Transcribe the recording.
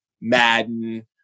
Madden